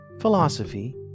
philosophy